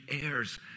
heirs